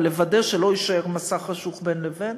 אבל לוודא שלא יישאר מסך חשוך בין לבין.